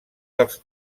dels